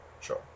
Sure